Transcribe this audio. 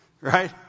Right